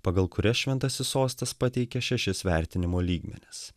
pagal kurias šventasis sostas pateikė šešis vertinimo lygmenis